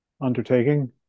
undertaking